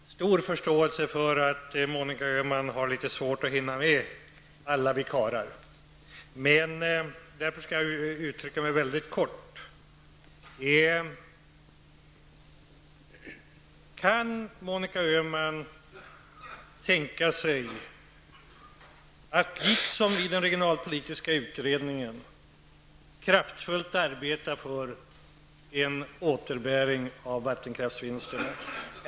Herr talman! Jag har stor förståelse för att Monica Öhman har litet svårt att hinna med alla oss karlar. Därför skall jag yttra mig väldigt kort. Kan Monica Öhman tänka sig att liksom i den regionalpolitiska utredningen kraftfullt arbeta för en återbäring av vattenkraftsvinsterna?